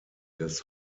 des